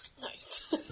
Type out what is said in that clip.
Nice